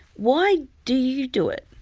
why do you do it?